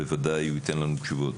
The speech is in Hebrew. הוא בוודאי ייתן לנו תשובות.